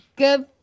Good